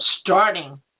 starting